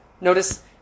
Notice